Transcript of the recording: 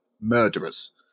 murderers